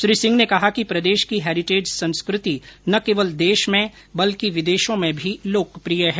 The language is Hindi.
श्री सिंह ने कहा कि प्रदेश की हेरिटेज संस्कृति न केवल देश में बल्कि विदेशों में भी लोकप्रिय है